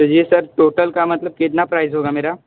तो ये sir total का मतलब कितना प्राइस होगा मेरा